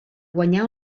guanyar